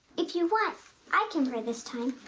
if you want i can pray this time.